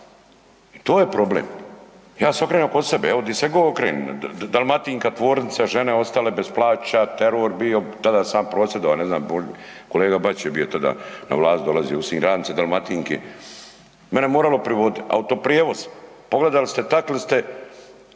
to je problem. Ja se okrenem oko sebe, .../Govornik se ne razumije./..., Dalmatinka tvornica, žene ostale bez plaća, teror bio, tada sam prosvjedovao, ne znam, kolega Bačić je bio tada na vlasti, dolazio u Sinj, radnice Dalmatinke. Mene je moralo privodit, autoprijevoz, pogledali ste, takli se,